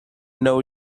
know